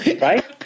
right